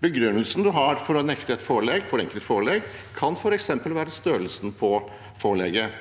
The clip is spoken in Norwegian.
Begrunnelsen du har for å nekte et forenklet forelegg, kan f.eks. være størrelsen på forelegget,